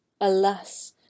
Alas